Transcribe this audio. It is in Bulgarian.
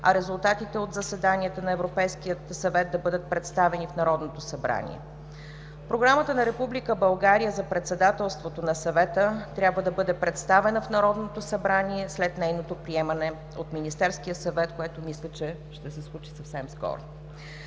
а резултатите от заседанията на Европейския съвет да бъдат представени в Народното събрание. Програмата на Република България за председателството на Съвета трябва да бъде представена в Народното събрание след нейното приемане от Министерския съвет, което мисля, че ще се случи съвсем скоро.